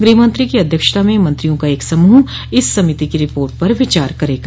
गृहमंत्रो की अध्यक्षता में मंत्रियों का एक समूह इस समिति की रिपोर्ट पर विचार करेगा